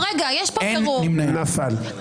נפל.